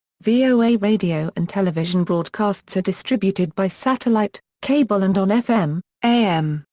voa radio and television broadcasts are distributed by satellite, cable and on fm, am,